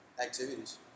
activities